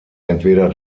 entweder